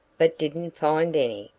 but didn't find any,